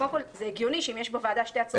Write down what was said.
קודם כל זה הגיוני שאם יש בוועדה שתי הצעות,